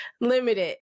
limited